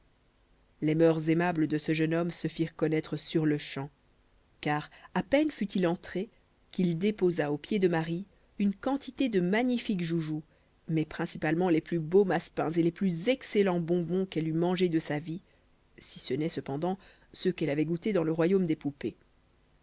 les mœurs aimables de ce jeune homme se firent connaître sur-le-champ car à peine fut-il entré qu'il déposa aux pieds de marie une quantité de magnifiques joujoux mais principalement les plus beaux massepains et les plus excellents bonbons qu'elle eût mangés de sa vie si ne n'est cependant ceux qu'elle avait goûtés dans le royaume des poupées